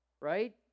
right